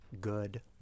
good